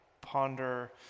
ponder